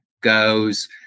goes